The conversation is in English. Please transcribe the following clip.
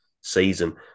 season